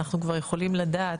אנחנו כבר יכולים לדעת,